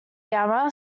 gamma